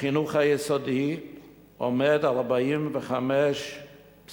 בחינוך היסודי עומד על 45.5,